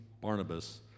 Barnabas